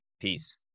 Peace